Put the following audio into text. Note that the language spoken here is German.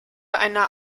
einer